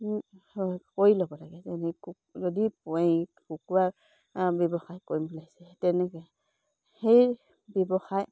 কৰি ল'ব লাগে যেনে যদি কুকুৰা ব্যৱসায় কৰিম তেনেকে সেই ব্যৱসায়